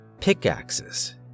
pickaxes